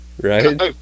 Right